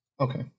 Okay